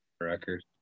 record